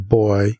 boy